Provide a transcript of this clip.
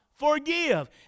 forgive